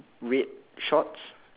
red shorts